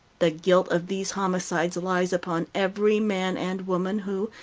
the guilt of these homicides lies upon every man and woman who,